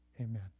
amen